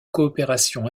coopération